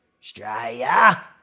Australia